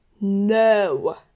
No